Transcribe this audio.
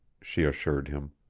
she assured him.